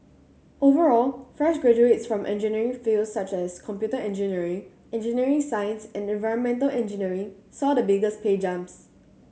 overall fresh graduates from engineering fields such as computer engineering engineering science and environmental engineering saw the biggest pay jumps